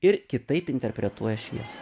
ir kitaip interpretuoja šviesą